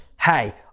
hey